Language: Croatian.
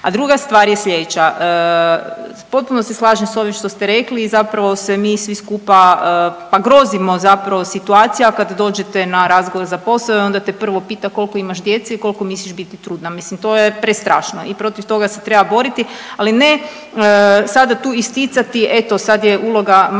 A druga stvar je slijedeća, potpuno se slažem s ovim što ste rekli, zapravo se mi svi skupa pa grozimo zapravo situacija kad dođete na razgovor za posao i onda te prvo pita koliko imaš djece i kolko misliš biti trudna, mislim to je prestrašno i protiv toga se treba boriti, ali ne sada tu isticati eto sad je uloga majke